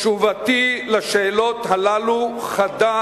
תשובתי על השאלות האלה חדה